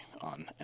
on